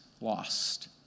lost